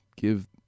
give